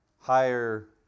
higher